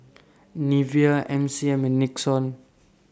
Nivea M C M and Nixon